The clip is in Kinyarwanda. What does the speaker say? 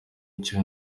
icyo